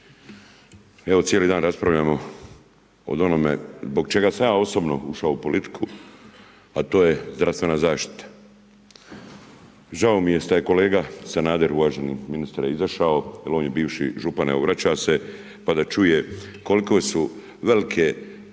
Evo cijeli dan raspravljamo o onome zbog čega sam ja osobno ušao u politiku, a to je zdravstvena zaštita. Žao mi je što je kolega Sanader, uvaženi ministre izašao, jer je on bivši župan, evo vrača se, pa da čuje koliko su velike zasluge